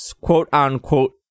quote-unquote